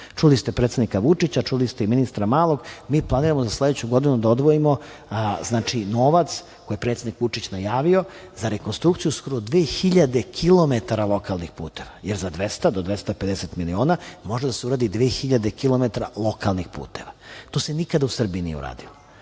ste predsednika Vučića, čuli ste i ministra Malog, mi planiramo za sledeću godinu da odvojimo novac koji je predsednik Vučić najavio za rekonstrukciju skoro 2.000 kilometara lokalnih puteva, jer za 200 do 250 miliona može da se uradi 2.000 kilometara lokalnih puteva. To se nikada u Srbiji nije uradilo.